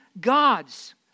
God's